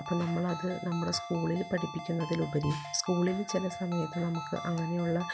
അപ്പം നമ്മളത് നമ്മുടെ സ്കൂളില് പഠിപ്പിക്കുന്നതിലുപരി സ്കൂളിൽ ചില സമയത്ത് നമുക്ക് അങ്ങനെയുള്ള